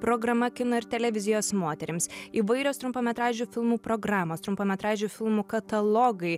programa kino ir televizijos moterims įvairios trumpametražių filmų programos trumpametražių filmų katalogai